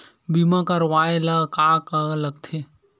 बीमा करवाय ला का का लगथे?